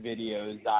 videos